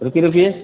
रुकिए रुकिए